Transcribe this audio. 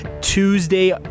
Tuesday